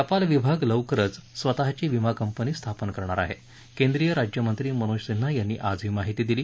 टपाल विभाग लवकरच स्वतःची विमा कंपनी स्थापन करणार आहे केंद्रीय राज्यमंत्री मनोज सिंन्हा यांनी आज ही माहिती दिली